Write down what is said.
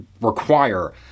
require